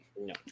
No